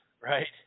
right